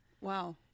Wow